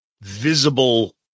visible